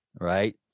right